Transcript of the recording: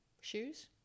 Shoes